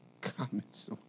comments